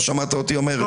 לא שמעת אותי אומר את זה.